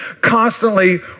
constantly